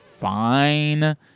fine